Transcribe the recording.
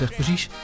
precies